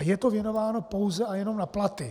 Je to věnováno pouze a jenom na platy.